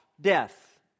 death